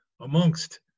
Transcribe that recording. amongst